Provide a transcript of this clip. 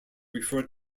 referred